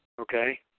Okay